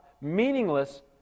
meaningless